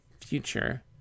future